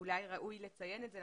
אולי ראוי לציין את זה,